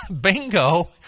Bingo